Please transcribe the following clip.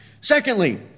Secondly